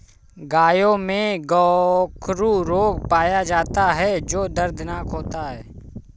गायों में गोखरू रोग पाया जाता है जो दर्दनाक होता है